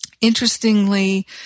Interestingly